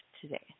today